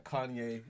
Kanye